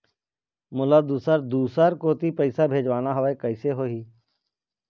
मोला दुसर दूसर कोती पैसा भेजवाना हवे, कइसे होही?